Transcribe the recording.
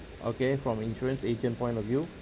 okay from insurance agent point of view